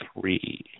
three